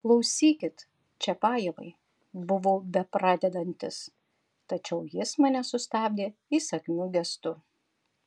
klausykit čiapajevai buvau bepradedantis tačiau jis mane sustabdė įsakmiu gestu